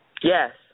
Yes